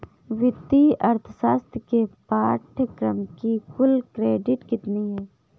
वित्तीय अर्थशास्त्र के पाठ्यक्रम की कुल क्रेडिट कितनी है?